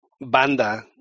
Banda